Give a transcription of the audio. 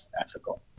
ethical